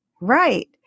Right